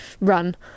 run